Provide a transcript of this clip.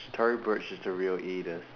Tory Burch is the real aide